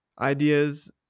Ideas